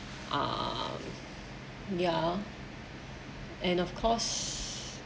um ya and of course